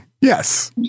Yes